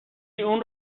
اون